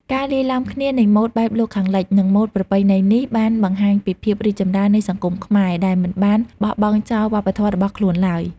ការលាយឡំគ្នានៃម៉ូដបែបលោកខាងលិច និងម៉ូដប្រពៃណីនេះ បានបង្ហាញពីភាពរីកចម្រើននៃសង្គមខ្មែរដែលមិនបានបោះបង់ចោលវប្បធម៌របស់ខ្លួនឡើយ។